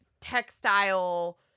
textile